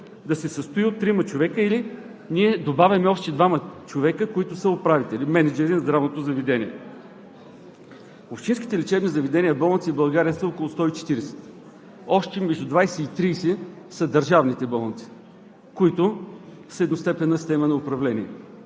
да се състои от трима човека, или ние добавяме още двама човека, които са управители – мениджъри на здравното заведение. Общинските лечебни заведения и болници в България са около 140, още между 20 и 30 са държавните болници, които са с едностепенна система на управление,